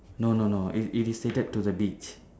no no no it it is stated to the beach